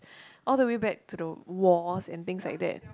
all the way back to the wars and things like that